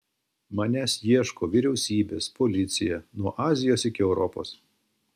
manęs ieško vyriausybės policija nuo azijos iki europos